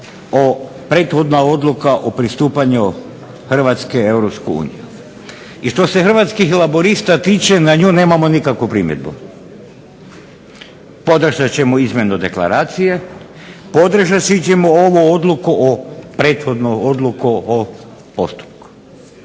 je prethodna Odluka o pristupanju Hrvatske u EU. I što se Hrvatskih laburista tiče na nju nemamo nikakvu primjedbu. Podržat ćemo izmjenu deklaracije, podržati ćemo ovu prethodnu Odluku o postupku.